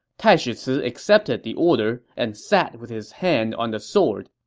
taishi ci accepted the order and sat with his hand on the sword.